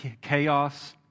chaos